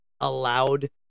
allowed